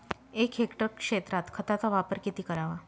एक हेक्टर क्षेत्रात खताचा वापर किती करावा?